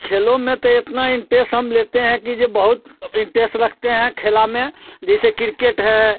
खेलो में तो इतना इंटरेस्ट हम लेते हैं कि जे बहुत इंटेस्ट रखते हैं खेल में जैसे किर्किट है